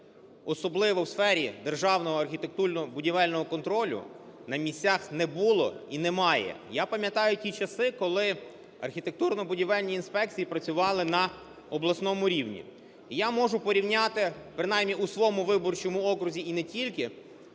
особливо в сфері державного архітектурно-будівельного контролю, на місцях не було і немає. Я пам'ятаю ті часи, коли архітектурно-будівельні інспекції працювали на обласному рівні. І я можу порівняти, принаймні у своєму виборчому окрузі і не тільки,